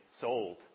sold